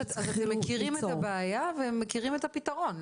אז אתם מכירים את הבעיה ומכירים את הפיתרון,